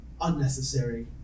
unnecessary